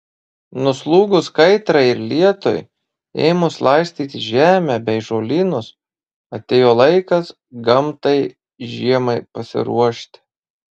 nuslūgus kaitrai ir lietui ėmus laistyti žemę bei žolynus atėjo laikas gamtai žiemai pasiruošti